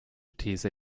these